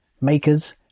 makers